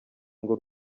ngo